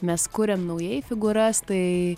mes kuriam naujai figūras tai